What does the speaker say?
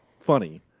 funny